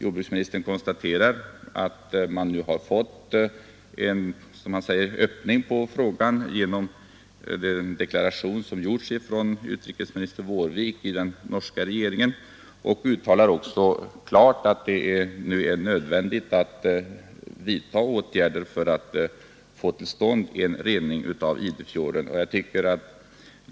Jordbruksministern konstaterar att man fått en ”öppning” på frågan genom den deklaration som gjorts av den norske utrikesministern. Jordbruksministern uttalar klart att det nu är nödvändigt att vidta åtgärder för att få en rening av Idefjorden till stånd.